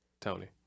Tony